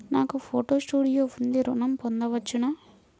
నాకు photo studio ఉంది ఋణం పొంద వచ్చునా?